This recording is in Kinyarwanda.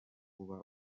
kuba